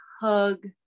hug